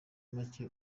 make